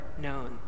known